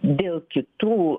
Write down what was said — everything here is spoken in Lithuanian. dėl kitų